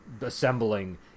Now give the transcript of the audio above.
assembling